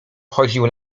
chodził